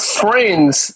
friends